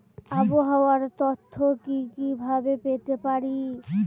আবহাওয়ার তথ্য কি কি ভাবে পেতে পারি?